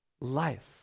life